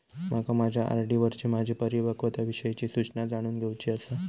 माका माझ्या आर.डी वरची माझी परिपक्वता विषयची सूचना जाणून घेवुची आसा